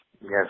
Yes